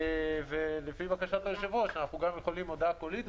ולפי בקשת היושב-ראש אנחנו יכולים גם הודעה קולית,